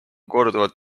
korduvalt